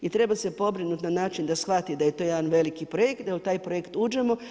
I treba se pobrinuti na način da shvati da je to jedan veliki projekt, da u taj projekt uđemo